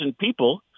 people